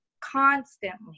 Constantly